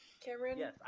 Cameron